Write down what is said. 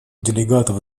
делегатов